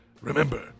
Remember